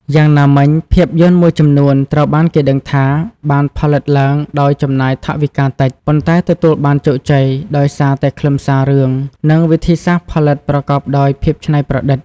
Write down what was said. យ៉ាងណាមិញ ភាពយន្តមួយចំនួនត្រូវបានគេដឹងថាបានផលិតឡើងដោយចំណាយថវិកាតិច ប៉ុន្តែទទួលបានជោគជ័យដោយសារតែខ្លឹមសាររឿង និងវិធីសាស្ត្រផលិតប្រកបដោយភាពច្នៃប្រឌិត។